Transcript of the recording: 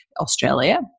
Australia